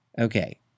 okay